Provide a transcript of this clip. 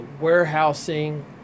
warehousing